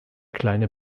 kleine